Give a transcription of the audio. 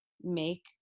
make